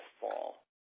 fall